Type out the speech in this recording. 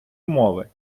мови